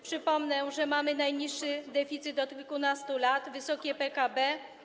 Przypomnę, że mamy najniższy deficyt od kilkunastu lat, wysokie PKB.